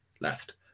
left